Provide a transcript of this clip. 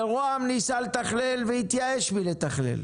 וראש הממשלה ניסה לתכלל והתייאש מלתכלל.